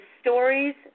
stories